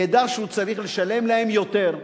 ידע שהוא צריך לשלם להם יותר.